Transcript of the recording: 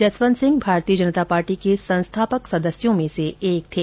जसवंत सिंह भारतीय जनता पार्टी के संस्थापक सदस्यो में से एक थे